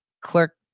clerk